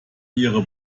ihre